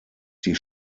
die